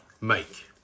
make